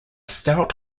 stout